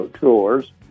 chores